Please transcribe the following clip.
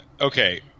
okay